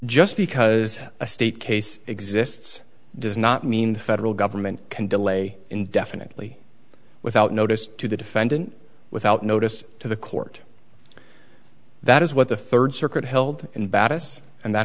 just because a state case exists does not mean the federal government can delay indefinitely without notice to the defendant without notice to the court that is what the third circuit held in battus and that